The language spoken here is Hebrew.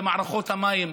במערכות המים,